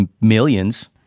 millions